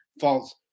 false